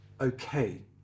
okay